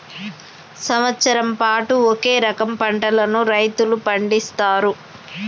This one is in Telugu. సంవత్సరం పాటు ఒకే రకం పంటలను రైతులు పండిస్తాండ్లు